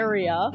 Area